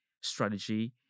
strategy